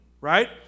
right